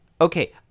okay